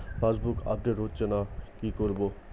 Passbook update হচ্ছেনা কি করবো?